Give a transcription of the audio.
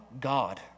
god